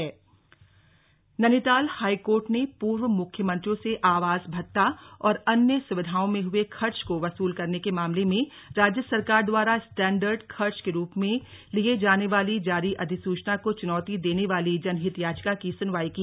Uttarakhand high court Nainital high court ने पूर्व मुख्यमंत्रियों से आवास भत्ता और अन्य सुविधाओं में हुए खर्च को वसूल करने के मामले में राज्य सरकार द्वारा स्टैंडर्ड खर्च के रूप में लिए जाने वाली जारी अधिसूचना को चुनौती देने वाली जनहित याचिका की सुनवाई की